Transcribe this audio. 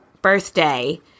birthday